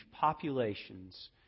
populations